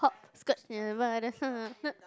hopscotch ya by the sun